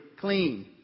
clean